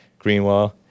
Greenwall